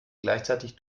gleichzeitig